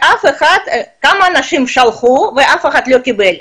מסתבר שכמה אנשים שלחו ואף אחד לא קיבל.